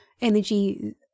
energy